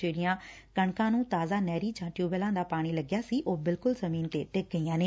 ਜਿਹੜੀਆਂ ਕਣਕਾਂ ਨੂੰ ਤਾਜ਼ਾ ਨਹਿਰੀ ਜਾਂ ਟਿਊਬਵੈੱਲਾਂ ਦਾ ਪਾਣੀ ਲੱਗਿਆ ਸੀ ਉਹ ਬਿਲਕੁਲ ਜੁੱਮੀਨ ਤੇ ਡਿੱਗ ਗਈਆਂ ਨੇ